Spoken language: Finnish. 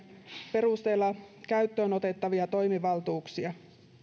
perusteella käyttöön otettavia toimivaltuuksia